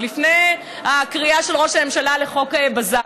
עוד לפני הקריאה של ראש הממשלה לחוק בזק.